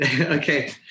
Okay